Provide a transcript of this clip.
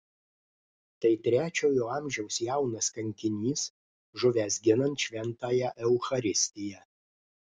tai trečiojo amžiaus jaunas kankinys žuvęs ginant šventąją eucharistiją